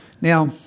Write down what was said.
Now